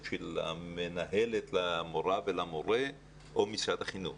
של המנהלת למורה ולמורה או משרד החינוך,